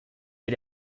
wie